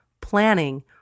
planning